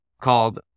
called